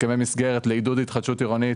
הסכמי מסגרת לעידוד התחדשות עירונית